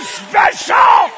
special